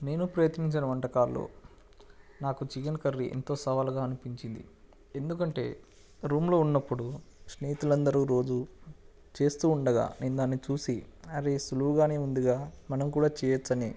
నేను ప్రయత్నించిన వంటకాల్లో నాకు చికెన్ కర్రీ ఎంతో సవాలుగా అనిపించింది ఎందుకంటే రూమ్లో ఉన్నప్పుడు స్నేహితులు అందరు రోజు చేస్తు ఉండగా నేను దాన్ని చూసి అరే సులువుగా ఉందిగా మనం కూడా చేయచ్చు అని